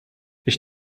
ich